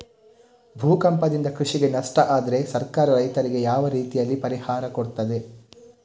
ಭೂಕಂಪದಿಂದ ಕೃಷಿಗೆ ನಷ್ಟ ಆದ್ರೆ ಸರ್ಕಾರ ರೈತರಿಗೆ ಯಾವ ರೀತಿಯಲ್ಲಿ ಪರಿಹಾರ ಕೊಡ್ತದೆ?